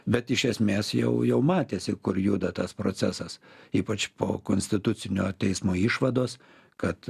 bet iš esmės jau jau matėsi kur juda tas procesas ypač po konstitucinio teismo išvados kad